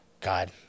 God